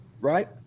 right